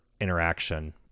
interaction